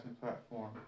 platform